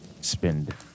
spend